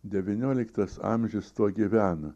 devynioliktas amžius tuo gyvena